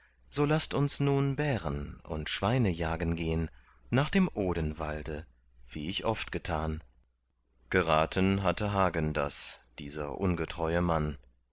so laß uns nun bären und schweine jagen gehn nach dem odenwalde wie ich oft getan geraten hatte hagen das dieser ungetreue mann